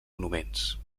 monuments